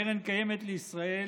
קרן קיימת לישראל